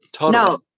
No